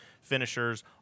finishers